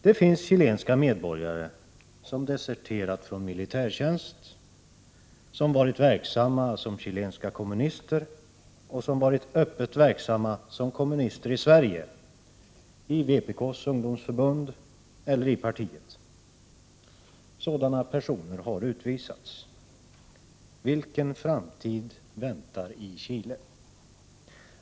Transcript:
Det finns chilenska medborgare, som deserterat från militärtjänst, som varit verksamma som kommunister i Chile och som öppet varit verksamma som kommunister i Sverige i vpk:s ungdomsförbund eller i partiet. Sådana personer har utvisats. Vilken framtid väntar dem i Chile?